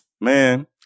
Man